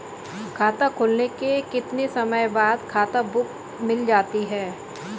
खाता खुलने के कितने समय बाद खाता बुक मिल जाती है?